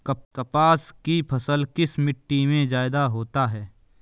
कपास की फसल किस मिट्टी में ज्यादा होता है?